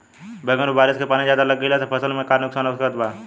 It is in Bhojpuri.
बैंगन पर बारिश के पानी ज्यादा लग गईला से फसल में का नुकसान हो सकत बा?